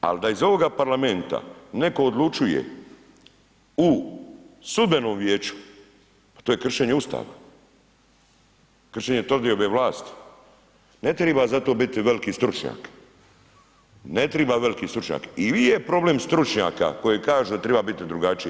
Al da iz ovoga parlamenta netko odlučuje u sudbenom vijeću, pa to je kršenje Ustava, kršenje trodiobe vlasti, ne triba za to biti veliki stručnjak, ne triba veliki stručnjak i nije problem stručnjaka koji kaže da triba biti drugačiji.